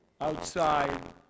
outside